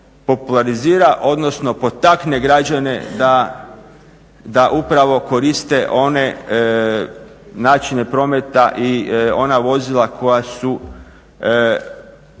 popularizira odnosno potakne građane da upravo koriste one načine prometa i ona vozila koja su,